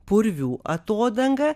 purvių atodanga